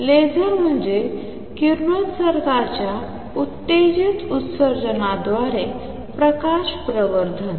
laser म्हणजे किरणोत्सर्गाच्या उत्तेजित उत्सर्जनाद्वारे प्रकाश प्रवर्धन